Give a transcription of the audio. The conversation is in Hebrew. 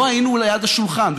לא היינו ליד השולחן,